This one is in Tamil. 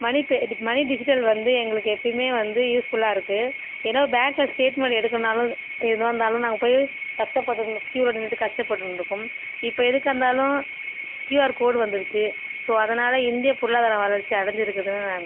மணி பே மணி டிஜிட்டல் வந்து எங்களுக்கு எப்போயுமே வந்து யூஸ்ஃபுல்லாக இருக்குது எதோ பேங்கில் ஸ்டேட்மென்ட் எடுக்குனாலு ஏதா இருந்தாலும் நாங்கள் போய் கஷ்ட்ட படுனு கியூவில் நின்றுட்டு கஷ்ட பட்டுண்ட்டு இருக்கோ இப்போ எதுக்கா இருந்தாலும் கியூஆர் கோடு வந்திடுச்சு ஸோ அதனால இந்திய பொருளாதார வளர்ச்சி அடஞ்சு இருக்குதுனு